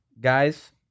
guys